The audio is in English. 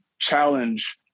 challenge